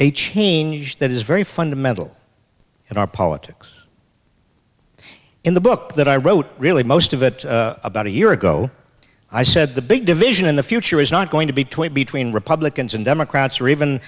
a change that is very fundamental in our politics in the book that i wrote really most of it about a year ago i said the big division in the future is not going to be tweaked between republicans and democrats or even